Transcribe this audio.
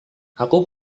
aku